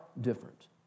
different